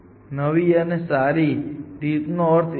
નવી અને સારી રીતે તેનો અર્થ શું છે